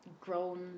grown